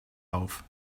auf